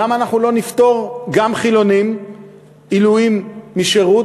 למה אנחנו לא נפטור גם חילונים עילויים משירות?